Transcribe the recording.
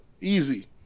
Easy